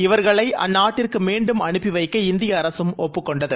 இவர்களை அந்நாட்டிற்கு மீண்டும் அனுப்பிவைக்க இந்திய அரசும் ஒப்புக் கொண்டது